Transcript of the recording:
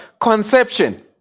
conception